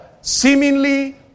seemingly